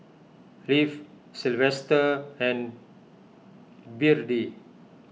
Leif Silvester and Byrdie